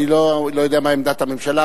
אני לא יודע מה עמדת הממשלה,